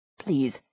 Please